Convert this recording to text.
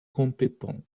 compétent